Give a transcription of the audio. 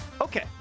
Okay